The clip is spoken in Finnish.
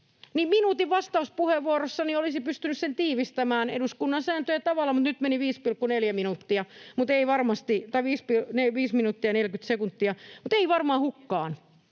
Minuutin vastauspuheenvuorossani olisin pystynyt sen tiivistämään eduskunnan sääntöjen tavalla, mutta nyt meni 5 minuuttia ja 40 sekuntia, mutta ei varmaan hukkaan,